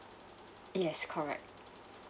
yes correct